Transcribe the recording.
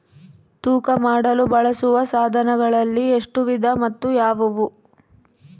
ತೂಕ ಮಾಡಲು ಬಳಸುವ ಸಾಧನಗಳಲ್ಲಿ ಎಷ್ಟು ವಿಧ ಮತ್ತು ಯಾವುವು?